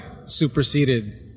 superseded